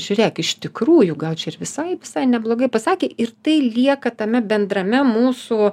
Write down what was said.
žiūrėk iš tikrųjų gal čia ir visai visai neblogai pasakė ir tai lieka tame bendrame mūsų